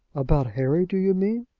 about harry, do you mean?